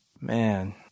Man